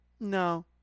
No